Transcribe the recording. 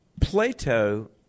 Plato